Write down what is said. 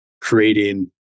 creating